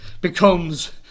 becomes